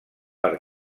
per